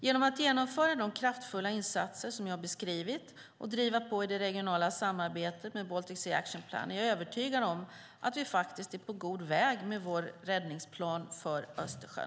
Genom att genomföra de kraftfulla insatser som jag har beskrivit och driva på i det regionala samarbetet med Baltic Sea Action Plan är jag övertygad om att vi faktiskt är på god väg med vår räddningsplan för Östersjön.